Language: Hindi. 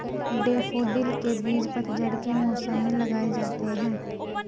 डैफ़ोडिल के बीज पतझड़ के मौसम में लगाए जाते हैं